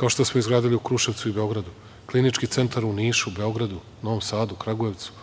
kao što smo izgradili u Kruševcu i Beogradu, Klinički centar u Nišu, Beogradu, Novom Sadu, Kragujevcu,